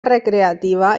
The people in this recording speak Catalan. recreativa